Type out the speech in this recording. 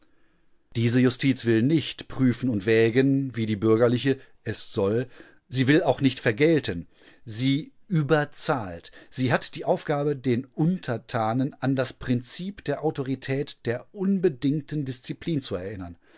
diese justiz will nicht prüfen und wägen wie die bürgerliche es soll sie will auch nicht vergelten sie überzahlt sie hat die aufgabe den untertanen an das prinzip der autorität der unbedingten disziplin zu erinnern